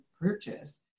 purchase